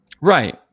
Right